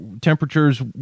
temperatures